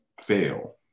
fail